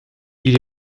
elle